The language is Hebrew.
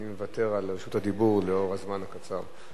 אני מוותר על רשות הדיבור לאור הזמן הקצר,